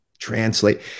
translate –